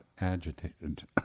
agitated